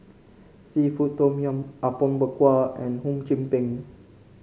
seafood Tom Yum Apom Berkuah and Hum Chim Peng